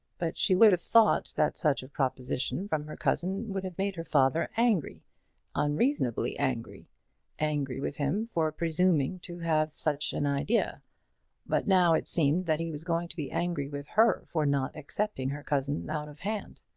but she would have thought that such a proposition from her cousin would have made her father angry unreasonably angry angry with him for presuming to have such an idea but now it seemed that he was going to be angry with her for not accepting her cousin out of hand.